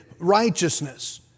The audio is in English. righteousness